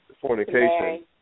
fornication